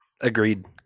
agreed